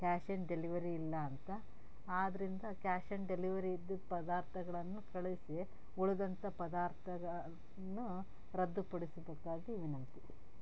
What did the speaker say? cash on delivery ಇಲ್ಲ ಅಂತ ಆದರಿಂದ ಕ್ಯಾಶ್ ಆನ್ ಡೆಲಿವರಿ ಇದ್ದ ಪದಾರ್ಥಗಳನ್ನು ಕಳುಹಿಸಿ ಉಳ್ದಂಥ ಪದಾರ್ಥಗನ್ನು ರದ್ದುಪಡಿಸಬೇಕಾಗಿ ವಿನಂತಿ